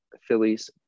phillies